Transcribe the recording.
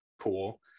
cool